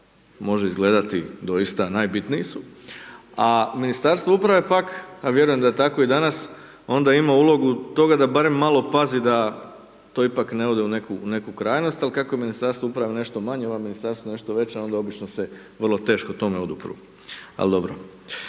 može izgledati doista najbitniji su, a Ministarstvo uprave pak a vjerujem da je tako i danas, onda ima ulogu toga da barem malo pazi da to ipak ne ode u neku krajnost ali kako je Ministarstvo uprave nešto manje, ovo ministarstvo nešto veće, onda obično se vrlo teško tome odupru ali dobro.